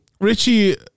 Richie